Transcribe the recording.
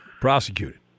Prosecuted